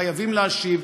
חייבים להשיב,